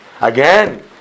Again